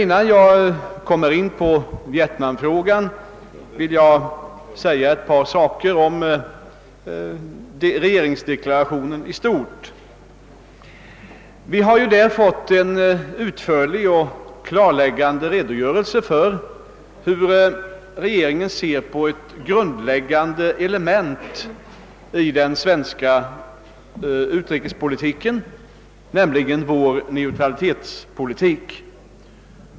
Innan jag kommer in på vietnamfrågan vill jag emellertid säga ett par saker om regeringsdeklarationen i stort. Vi har i denna deklaration fått en utförlig och klarläggande redogörelse för hur regeringen ser på ett grundläggande element i den svenska utrikespolitiken, nämligen neutraliteten.